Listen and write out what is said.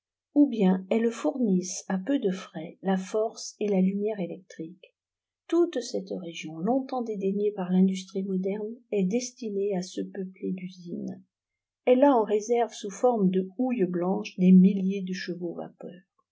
ou bien elles fournissent à peu de frais la force et la lumière électriques toute cette région longtemps dédaignée par l'industrie moderne est destinée à se peupler d'usines elle a en réserve sous forme de houille blanche des milliers de chevaux vapeur